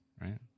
right